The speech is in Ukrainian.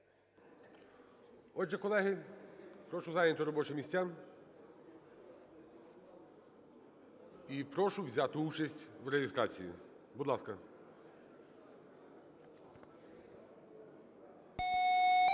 Отже, колеги, прошу зайняти робочі місця і прошу взяти участь в реєстрації. Будь ласка.